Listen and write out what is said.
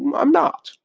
i'm not.